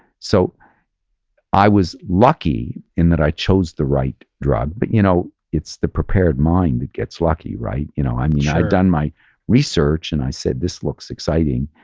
so i was lucky in that i chose the right drug. but you know it's the prepared mind that gets lucky. you know i um yeah had done my research and i said, this looks exciting,